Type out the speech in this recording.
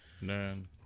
None